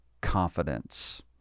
confidence